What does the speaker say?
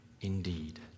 indeed